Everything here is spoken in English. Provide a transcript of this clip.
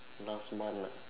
last month ah